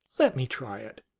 let me try it.